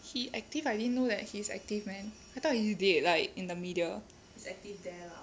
he active I didn't know that he's active man I thought he is dead like in the media